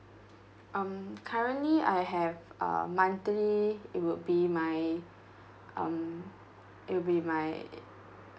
um currently I have uh monthly it would be my um it would be my